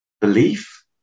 belief